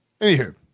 anywho